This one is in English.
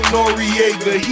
Noriega